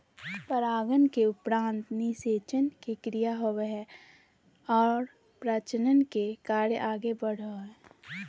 परागन के उपरान्त निषेचन के क्रिया होवो हइ और प्रजनन के कार्य आगे बढ़ो हइ